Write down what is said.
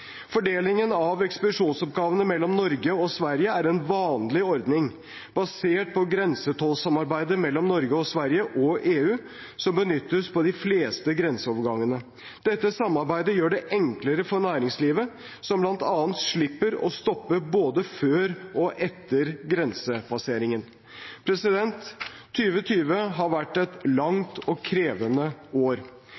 Fordelingen av ekspedisjonsoppgavene mellom Norge og Sverige er en vanlig ordning basert på grensetollsamarbeidet mellom Norge og Sverige og EU som benyttes på de fleste grenseovergangene. Dette samarbeidet gjør det enklere for næringslivet, som bl.a. slipper å stoppe både før og etter grensepasseringen. 2020 har vært et